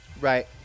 Right